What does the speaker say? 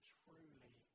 truly